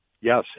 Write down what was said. Yes